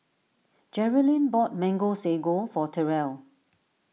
Jerrilyn bought Mango Sago for Terell